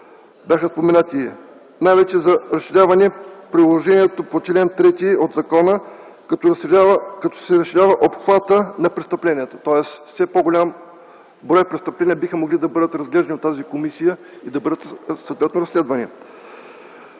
бяха споменати, най-вече за разширяване приложението по чл. 3 от закона, като се разширява обхватът на престъплението, тоест все по голям брой престъпления биха могли да бъдат разглеждани в тази комисия и съответно да бъдат